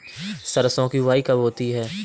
सरसों की बुआई कब होती है?